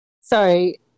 Sorry